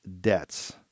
debts